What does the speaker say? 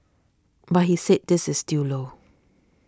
but he said this is still low